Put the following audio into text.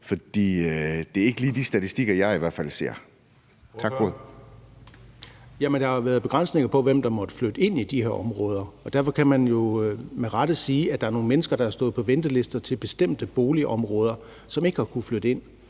20:44 Søren Egge Rasmussen (EL): Der har jo været begrænsninger på, hvem der har måttet flytte ind i de her områder. Derfor kan man med rette sige, at der er nogle mennesker, der har stået på venteliste til bestemte boligområder, og som ikke har kunnet flytte ind.